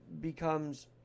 becomes